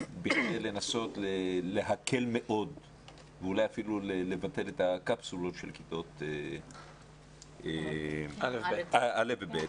כדי לנסות להקל מאוד ואולי אפילו לבטל את הקפסולות של כיתות א' ו-ב'.